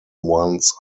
ones